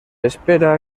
espera